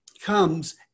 comes